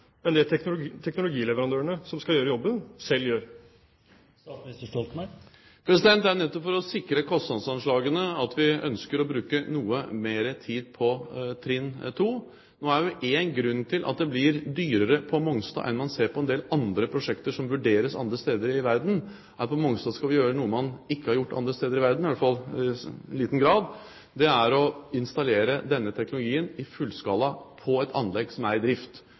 det teknologileverandørene som skal gjøre jobben, selv gjør? Det er nettopp for å sikre kostnadsanslagene at vi ønsker å bruke noe mer tid på trinn 2. En grunn til at det blir dyrere på Mongstad enn man ser på en del prosjekter som vurderes andre steder i verden, er at på Mongstad skal vi gjøre noe man ikke har gjort andre steder i verden, i hvert fall i liten grad. Det er å installere denne teknologien fullskala på et anlegg som er i drift.